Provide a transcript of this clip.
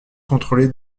contrôlée